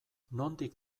nondik